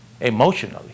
emotionally